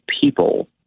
people